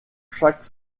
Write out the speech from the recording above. chaque